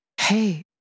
Hey